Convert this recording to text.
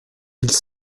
villes